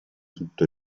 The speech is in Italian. tutto